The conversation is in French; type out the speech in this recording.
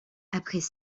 après